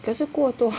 可是过多